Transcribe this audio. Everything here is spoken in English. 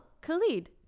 Khalid